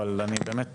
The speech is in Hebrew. אבל אני באמת